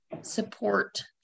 support